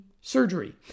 surgery